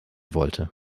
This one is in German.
wollte